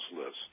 list